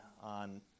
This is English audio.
on